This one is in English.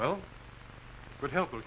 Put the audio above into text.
well but helpful